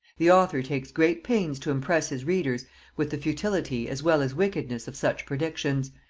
the author takes great pains to impress his readers with the futility as well as wickedness of such predictions,